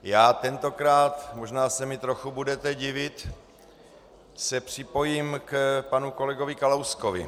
Já se tentokrát možná se mi trochu budete divit připojím k panu kolegovi Kalouskovi.